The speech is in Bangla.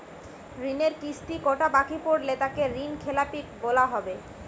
ঋণের কিস্তি কটা বাকি পড়লে তাকে ঋণখেলাপি বলা হবে?